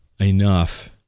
enough